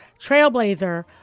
trailblazer